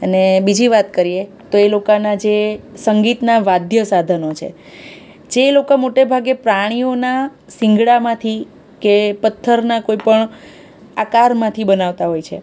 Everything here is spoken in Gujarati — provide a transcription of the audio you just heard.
અને બીજી વાત કરીએ તો એ લોકોનાં જે સંગીતનાં વાદ્ય સાધનો છે જે એ લોકો મોટેભાગે પ્રાણીઓનાં શિંગડામાંથી કે પથ્થરના કોઈપણ આકારમાંથી બનાવતા હોય છે